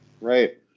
Right